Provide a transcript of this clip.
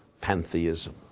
pantheism